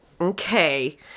okay